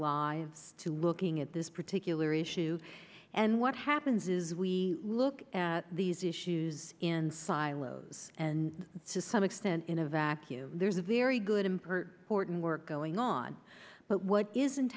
lives to looking at this particular issue and what happens is we look at these issues in silos and to some extent in a vacuum there's a very good imper porton work going on but what isn't